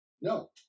No